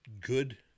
good